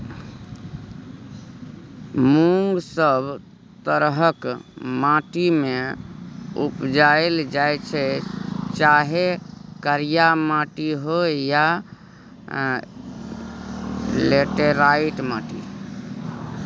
मुँग सब तरहक माटि मे उपजाएल जाइ छै चाहे करिया माटि होइ या लेटेराइट माटि